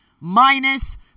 minus